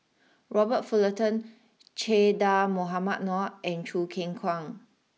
Robert Fullerton Che Dah Mohamed Noor and Choo Keng Kwang